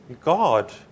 God